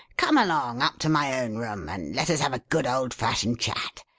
come along up to my own room and let us have a good old-fashioned chat.